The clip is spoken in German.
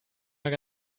mehr